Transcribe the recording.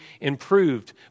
improved